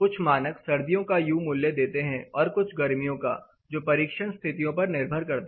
कुछ मानक सर्दियों का यू मूल्य देते हैं और कुछ गर्मियों का जो परीक्षण स्थितियों पर निर्भर करता है